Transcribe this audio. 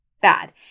bad